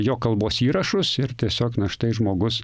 jo kalbos įrašus ir tiesiog na štai žmogus